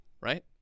right